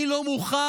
אני לא מוכן.